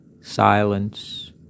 silence